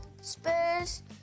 Spurs